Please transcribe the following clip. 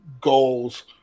goals